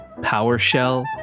PowerShell